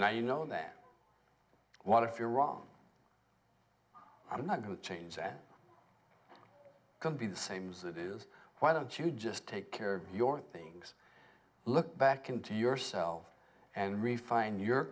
now you know that what if you're wrong i'm not going to change that could be the same as that is why don't you just take care of your things look back into yourself and refine your